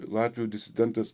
latvių disidentus